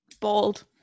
Bold